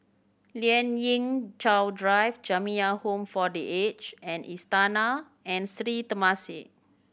Lien Ying Chow Drive Jamiyah Home for The Aged and Istana and Sri Temasek